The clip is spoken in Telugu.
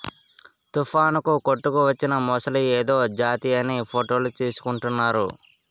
తుఫానుకు కొట్టుకువచ్చిన మొసలి ఏదో జాతిదని ఫోటోలు తీసుకుంటున్నారు